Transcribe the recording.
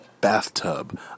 Bathtub